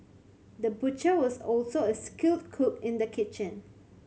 the butcher was also a skilled cook in the kitchen